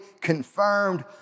confirmed